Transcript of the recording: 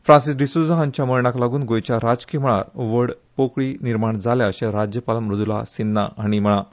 Francis D'Souza हाँच्या मरणाक लागून गोयच्या राजकी मळार व्हड पोकळी निर्माण जाल्या अर्श राज्यपाल मृद्रला सिन्हा हाणी म्हळा